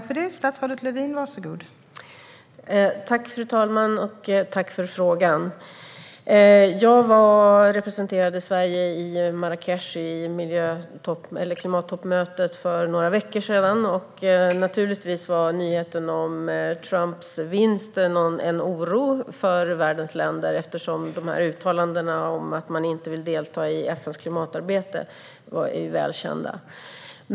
Fru talman! Tack för frågan! Jag representerade Sverige i Marrakech på klimattoppmötet för några veckor sedan. Naturligtvis var nyheten om Trumps vinst en oro för världens länder. Uttalandena om att man inte vill delta i FN:s klimatarbete är ju välkända.